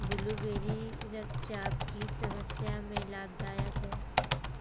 blueberry रक्तचाप की समस्या में लाभदायक है